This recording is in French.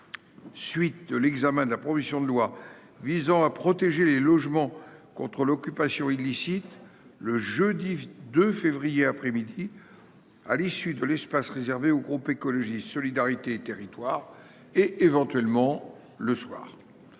Suite de l'examen de la proposition de loi visant à protéger les logements contre l'occupation illicite le jeudi 2 février après-midi. À l'issue de l'espace réservé au groupe écologiste solidarité et territoires et éventuellement le soir.